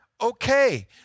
okay